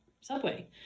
subway